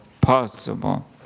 possible